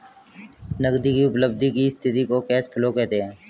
नगदी की उपलब्धि की स्थिति को कैश फ्लो कहते हैं